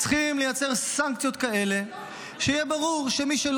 צריכים לייצר סנקציות כאלה שיהיה ברור שמי לא